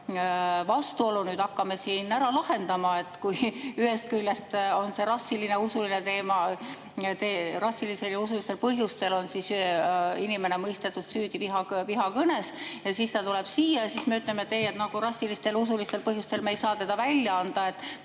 vastuolu nüüd hakkame siin lahendama, kui ühest küljest on see rassiline, usuline teema, [see tähendab] rassilistel, usulistel põhjustel on inimene mõistetud süüdi vihakõnes ja siis ta tuleb siia, siis me ütleme, et ei, rassilistel, usulistel põhjustel me ei saa teda välja anda.